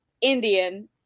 Indian